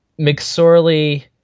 McSorley